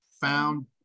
found